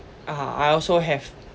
uh I also have